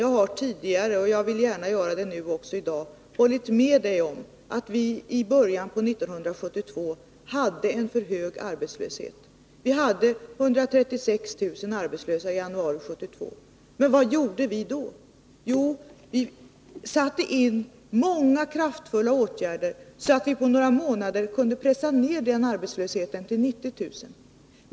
Jag har tidigare hållit med dig om — och jag vill gärna göra det också i dag — att vi i början på 1972 hade en för hög arbetslöshet. Vi hade 136 000 arbetslösa i januari 1972. Men vad gjorde vi då? Jo, vi sattein Nr 94 många kraftfulla åtgärder, så att vi på några månader kunde pressa ned arbetslöshetstalet till 90 000.